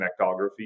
connectography